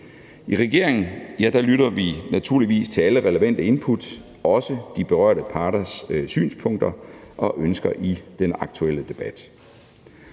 I regeringen lytter vi naturligvis til alle relevante input, også de berørte parters synspunkter og ønsker, i den aktuelle debat.